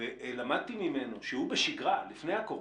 ולמדתי ממנו שבשגרה, לפני הקורונה,